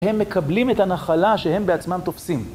הם מקבלים את הנחלה שהם בעצמם תופסים.